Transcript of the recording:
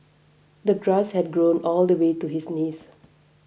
the grass had grown all the way to his knees